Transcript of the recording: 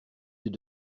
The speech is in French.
yeux